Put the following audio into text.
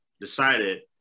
decided